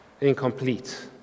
incomplete